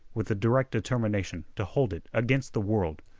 with a direct determination to hold it against the world.